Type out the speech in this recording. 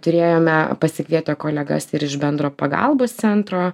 turėjome pasikvietę kolegas ir iš bendro pagalbos centro